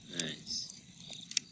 Nice